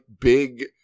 big